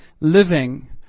living